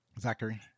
Zachary